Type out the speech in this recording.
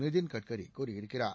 நிதின் கட்கரி கூறியிருக்கிறார்